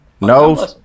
No